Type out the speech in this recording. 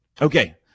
Okay